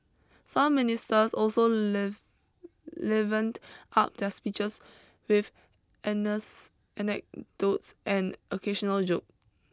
some ministers also live livened up their speeches with anecdotes and occasional joke